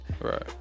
Right